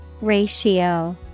Ratio